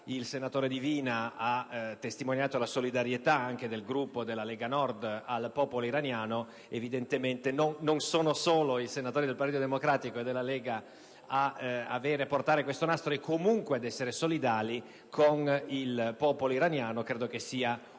Il senatore Divina ha testimoniato la solidarietà anche del Gruppo della Lega Nord al popolo iraniano. Evidentemente non sono solo i senatori del Partito Democratico e della Lega a portare questo nastro o comunque ad essere solidali con il popolo iraniano. Credo che sia una cosa